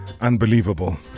unbelievable